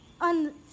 on